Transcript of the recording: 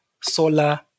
solar